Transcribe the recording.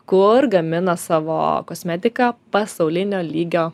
kur gamina savo kosmetiką pasaulinio lygio